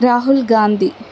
Rahul Gandhi